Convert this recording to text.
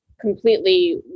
completely